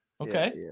Okay